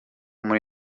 muri